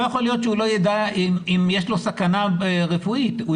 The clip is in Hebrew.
לא יכול להיות שהוא לא ידע אם יש לו סכנה רפואית כי אם ידע,